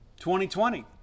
2020